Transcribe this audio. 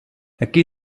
aquí